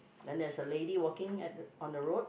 then there's a lady walking at on the road